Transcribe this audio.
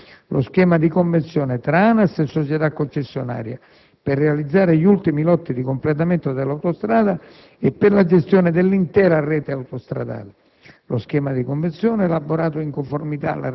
Il 7 maggio è stato difatti siglato a Torino lo schema di convenzione tra ANAS e la società concessionaria per la realizzazione degli ultimi lotti di completamento dell'autostrada e per la gestione dell'intera rete autostradale.